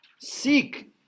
Seek